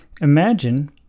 Imagine